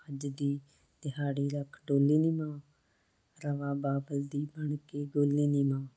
ਅੱਜ ਦੀ ਦਿਹਾੜੀ ਰੱਖ ਡੋਲੀ ਨੀ ਮਾਂ ਰਵਾਂ ਬਾਬਲ ਦੀ ਬਣ ਕੇ ਗੋਲੀ ਨੀ ਮਾਂ